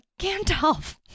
Gandalf